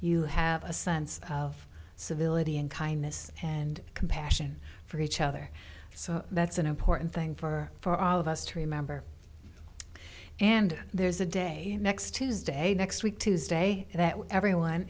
you have a sense of civility and kindness and compassion for each other so that's an important thing for for all of us to remember and there's a day next tuesday next week tuesday that everyone